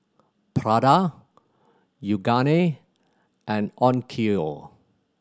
Prada Yoogane and Onkyo